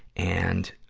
and,